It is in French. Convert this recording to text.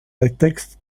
latex